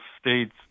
states